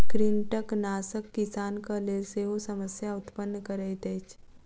कृंतकनाशक किसानक लेल सेहो समस्या उत्पन्न करैत अछि